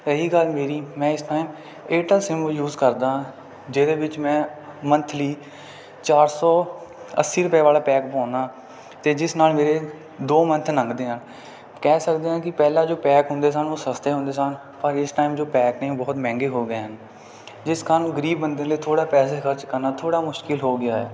ਰਹੀ ਗੱਲ ਮੇਰੀ ਮੈਂ ਇਸ ਟਾਈਮ ਏਅਰਟੈੱਲ ਸਿੰਮ ਯੂਜ ਕਰਦਾ ਜਿਹਦੇ ਵਿੱਚ ਮੈਂ ਮੰਥਲੀ ਚਾਰ ਸੌ ਅੱਸੀ ਰੁਪਏ ਵਾਲਾ ਪੈਕ ਪਵਾਉਂਦਾ ਅਤੇ ਜਿਸ ਨਾਲ ਮੇਰੇ ਦੋ ਮੰਥ ਲੰਘਦੇ ਆ ਕਹਿ ਸਕਦੇ ਹਾਂ ਕਿ ਪਹਿਲਾਂ ਜੋ ਪੈਕ ਹੁੰਦੇ ਸਨ ਉਹ ਸਸਤੇ ਹੁੰਦੇ ਸਨ ਪਰ ਇਸ ਟਾਈਮ ਜੋ ਪੈਕ ਨੇ ਬਹੁਤ ਮਹਿੰਗੇ ਹੋ ਗਏ ਹਨ ਜਿਸ ਕਾਰਣ ਗਰੀਬ ਬੰਦੇ ਲਈ ਥੋੜ੍ਹਾ ਪੈਸੇ ਖਰਚ ਕਰਨਾ ਥੋੜ੍ਹਾ ਮੁਸ਼ਕਿਲ ਹੋ ਗਿਆ